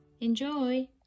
Enjoy